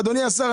אדוני השר,